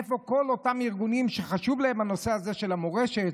איפה כל אותם ארגונים שחשוב להם הנושא הזה של המורשת,